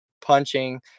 punching